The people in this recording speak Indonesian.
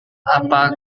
apa